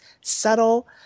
subtle